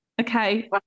okay